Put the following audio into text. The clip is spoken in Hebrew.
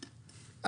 הדבש?